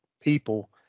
people